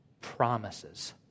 promises